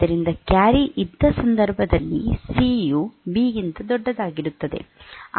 ಆದ್ದರಿಂದ ಕ್ಯಾರಿ ಇದ್ದ ಸಂದರ್ಭದಲ್ಲಿ ಸಿ ಯು ಬಿ ಗಿಂತ ದೊಡ್ಡದಾಗಿರುತ್ತದೆ